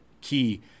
key